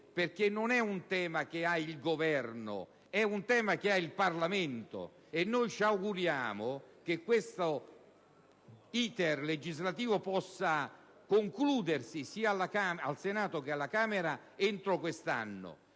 perché non è un tema che spetta al Governo, ma al Parlamento. Ci auguriamo che questo *iter* legislativo possa concludersi, sia al Senato che alla Camera, entro quest'anno,